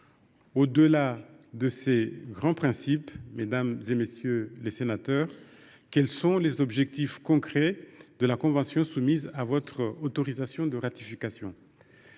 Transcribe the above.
Au delà de ces grands principes, mesdames, messieurs les sénateurs, quels sont les objectifs concrets de la convention soumise à ratification ?